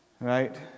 Right